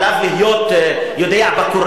עליו לדעת בקוראן,